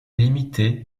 limitée